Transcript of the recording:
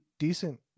Decent